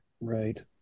right